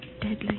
deadly